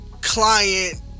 Client